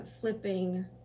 flipping